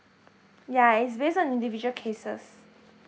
ya it's based on individual cases